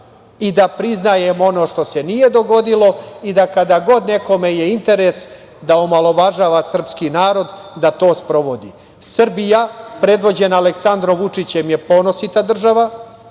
i da priznajemo ono što se nije dogodilo i da kada god je nekome interes da omalovažava srpski narod, da to sprovodi. Srbija predvođena Aleksandrom Vučićem je ponosita država,